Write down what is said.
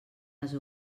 les